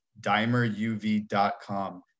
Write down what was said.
dimeruv.com